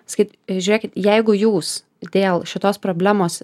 sakyt žiūrėkit jeigu jūs dėl šitos problemos